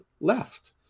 left